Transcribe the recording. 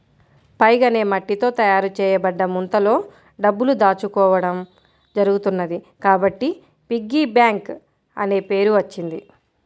pig అనే మట్టితో తయారు చేయబడ్డ ముంతలో డబ్బులు దాచుకోవడం జరుగుతున్నది కాబట్టి పిగ్గీ బ్యాంక్ అనే పేరు వచ్చింది